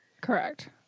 Correct